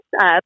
up